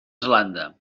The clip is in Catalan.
zelanda